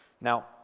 Now